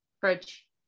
Fridge